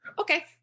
Okay